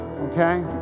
Okay